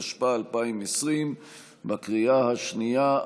התשפ"א 2020. בקריאה השנייה,